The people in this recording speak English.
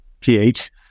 PH